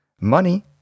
money